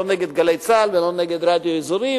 לא נגד "גלי צה"ל" ולא נגד הרדיו האזורי,